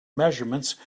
measurements